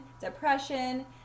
depression